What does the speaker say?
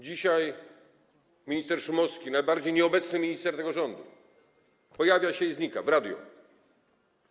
Dzisiaj minister Szumowski, najbardziej nieobecny minister tego rządu, pojawia się w radiu i znika.